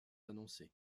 annoncés